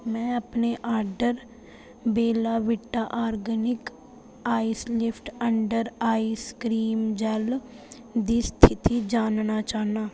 में अपने order Bella Vita Organic eyelift under eye cream gel दी स्थिति जानना चाह्न्नां